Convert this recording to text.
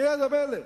כיד המלך.